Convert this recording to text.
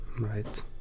Right